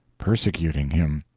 persecuting him.